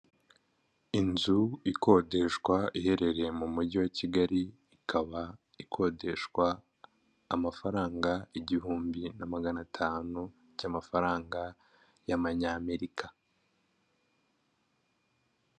Inzu ikodeshwa iherereye mu mujyi wa Kigali ikaba ikodeshwa amafaranga igihumbi na magana atanu cy'amafaranga y'Amanyamerika.